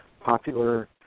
popular